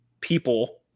people